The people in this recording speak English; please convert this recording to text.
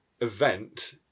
event